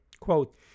Quote